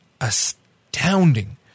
astounding